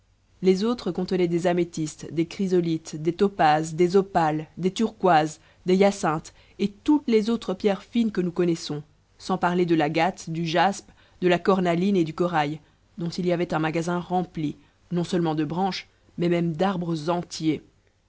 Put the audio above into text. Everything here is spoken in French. les autres contenaient des améthystes des chrysolites des topazes des opales des turquoises des hyacinthes et toutes les autres pierres fines que nous connaissons sans parler de l'agate du jaspe de la cornaline et du corail dont il y avait un magasin rempli non-seulement de branches mais même d'arbres entiers